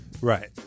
Right